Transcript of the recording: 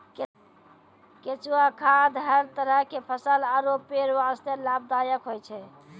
केंचुआ खाद हर तरह के फसल आरो पेड़ वास्तॅ लाभदायक होय छै